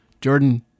Jordan